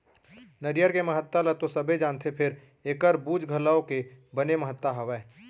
नरियर के महत्ता ल तो सबे जानथें फेर एकर बूच घलौ के बने महत्ता हावय